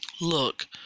look